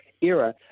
era